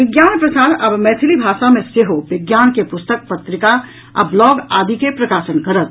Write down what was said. विज्ञान प्रसार आब मैथिली भाषा मे सेहो विज्ञान के पुस्तक पत्रिका आ ब्लॉग आदि के प्रकाशन करत